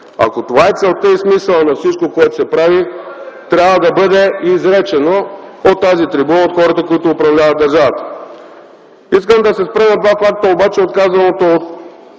Ако това е целта и смисълът на всичко, което се прави, трябва да бъде изречено от тази трибуна от хората, които управляват държавата. Искам да се спра обаче на два факта от казаното